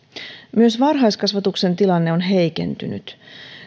myös varhaiskasvatuksen tilanne on heikentynyt